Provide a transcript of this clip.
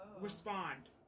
Respond